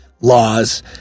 laws